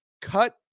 Cut